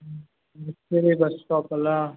ಹ್ಞೂ ಹ್ಞೂ ಬಸ್ ಸ್ಟಾಪಲ್ಲಾ